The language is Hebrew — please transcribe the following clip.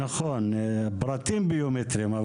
נכון, פרטים ביומטריים.